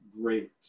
great